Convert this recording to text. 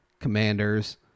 Commanders